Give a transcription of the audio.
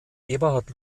eberhard